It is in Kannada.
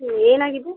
ಹ್ಞೂ ಏನಾಗಿದೆ